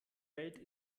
welt